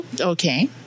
Okay